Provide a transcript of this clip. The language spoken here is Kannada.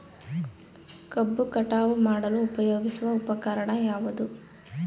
ಕಬ್ಬು ಕಟಾವು ಮಾಡಲು ಉಪಯೋಗಿಸುವ ಉಪಕರಣ ಯಾವುದು?